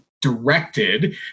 directed